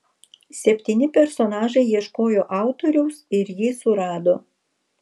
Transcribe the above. septyni personažai ieškojo autoriaus ir jį surado